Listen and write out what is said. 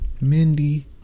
Mindy